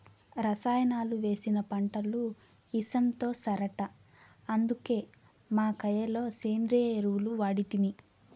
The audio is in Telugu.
రసాయనాలు వేసిన పంటలు ఇసంతో సరట అందుకే మా కయ్య లో సేంద్రియ ఎరువులు వాడితిమి